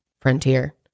frontier